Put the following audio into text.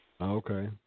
Okay